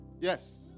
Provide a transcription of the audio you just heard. Yes